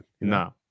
No